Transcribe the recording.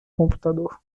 computador